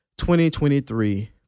2023